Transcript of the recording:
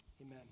Amen